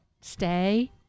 stay